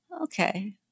okay